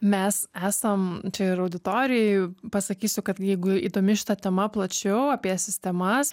mes esam čia ir auditorijai pasakysiu kad jeigu įdomi šita tema plačiau apie sistemas